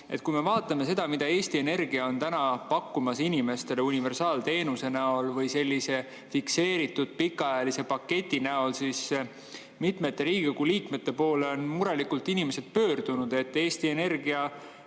Kui me vaatame seda, mida Eesti Energia on täna pakkumas inimestele universaalteenuse näol või sellise fikseeritud pikaajalise paketi näol, siis mitmete Riigikogu liikmete poole on murelikult inimesed pöördunud, et Eesti Energia